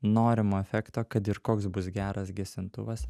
norimo efekto kad ir koks bus geras gesintuvas